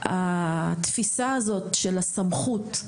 התפיסה הזו של הסמכות,